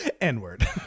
N-word